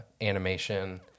Animation